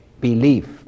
belief